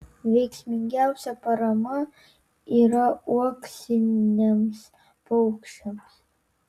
veiksmingiausia parama yra uoksiniams paukščiams